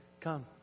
come